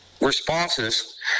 responses